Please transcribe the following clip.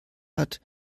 hat